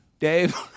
Dave